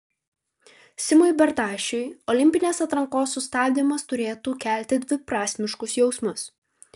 simui bertašiui olimpinės atrankos sustabdymas turėtų kelti dviprasmiškus jausmus